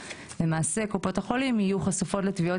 למעשה קופות החולים יהיו חשופות לתביעות